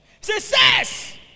success